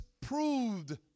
proved